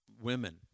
women